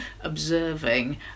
observing